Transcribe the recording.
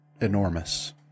enormous